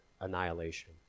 annihilation